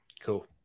cool